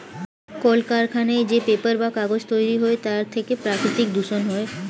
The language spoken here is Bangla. কলকারখানায় যে পেপার বা কাগজ তৈরি হয় তার থেকে প্রাকৃতিক দূষণ হয়